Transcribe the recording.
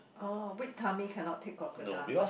oh weak tummy cannot take crocodile meh